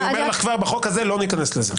בחוק הזה לא ניכנס לזה.